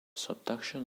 subduction